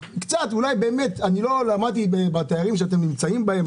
לא למדתי באתרים שאתם נמצאים בהם,